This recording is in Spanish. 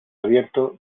abierto